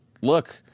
look